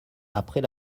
après